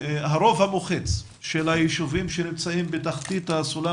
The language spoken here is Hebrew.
הרוב המוחץ של היישובים שנמצאים בתחתית הסולם